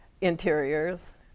interiors